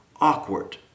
awkward